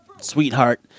sweetheart